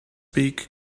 beak